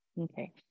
Okay